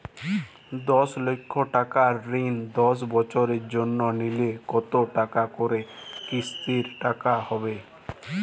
দশ লক্ষ টাকার ঋণ দশ বছরের জন্য নিলে কতো টাকা করে কিস্তির টাকা হবে?